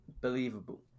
believable